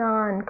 on